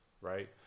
right